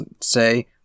say